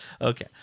Okay